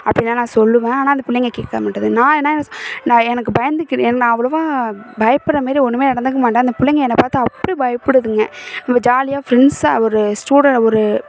அப்படின் தான் நான் சொல்லுவேன் ஆனால் அந்த பிள்ளைங்க கேட்க மாட்டுது நான் என்ன நான் எனக்கு பயந்துக்கிறது நான் அவ்வளவாக பயப்பட்ற மாரி ஒன்றுமே நடந்துக்க மாட்டேன் அந்த பிள்ளைங்க என்னை பார்த்து அப்படி பயப்படுதுங்க ஜாலியாக ஃப்ரெண்ட்ஸாக ஒரு ஸ்டூடண் ஒரு